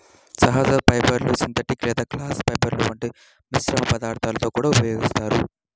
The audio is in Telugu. సహజ ఫైబర్లను సింథటిక్ లేదా గ్లాస్ ఫైబర్ల వంటి మిశ్రమ పదార్థాలలో కూడా ఉపయోగిస్తారు